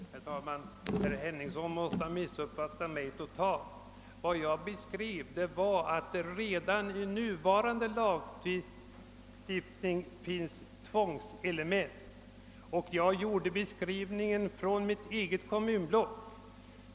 Herr talman! Herr Henningsson måste ha missuppfattat mig totalt. Vad jag försökte beskriva var att det redan i nuvarande lagstiftning finns tvångselement. Beskrivningen avsåg mitt eget kommunblock.